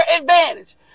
advantage